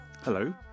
Hello